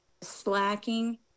slacking